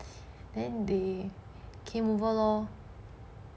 then they came over lor